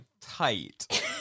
tight